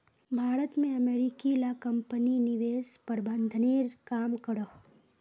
भारत में अमेरिकी ला कम्पनी निवेश प्रबंधनेर काम करोह